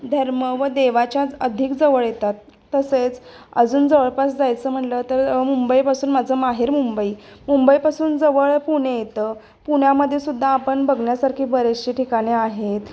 धर्म व देवाच्या अधिक जवळ येतात तसेच अजून जवळपास जायचं म्हणलं तर मुंबईपासून माझं माहेर मुंबई मुंबईपासून जवळ पुणे येतं पुण्यामध्येसुद्धा आपण बघण्यासारखी बरेचसे ठिकाणे आहेत